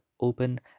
open